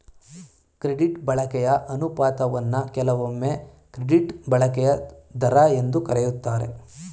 credit ಬಳಕೆಯ ಅನುಪಾತವನ್ನ ಕೆಲವೊಮ್ಮೆ ಕ್ರೆಡಿಟ್ ಬಳಕೆಯ ದರ ಎಂದು ಕರೆಯುತ್ತಾರೆ